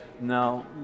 Now